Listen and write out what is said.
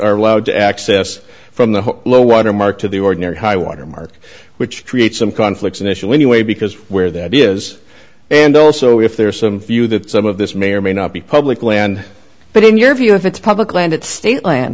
are allowed to access from the low water mark to the ordinary high water mark which creates some conflicts initially anyway because where that is and also if there is some few that some of this may or may not be public land but in your view if it's public land it stant land